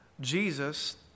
Jesus